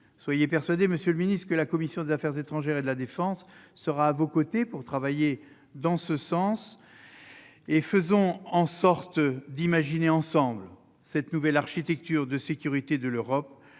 Soyez persuadé, monsieur le ministre, que la commission des affaires étrangères, de la défense et des forces armées du Sénat sera à vos côtés pour travailler en ce sens. Faisons en sorte d'imaginer ensemble cette nouvelle architecture de sécurité de l'Europe,